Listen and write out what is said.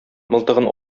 мылтыгын